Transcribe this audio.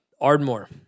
Ardmore